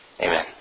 Amen